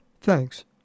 thanks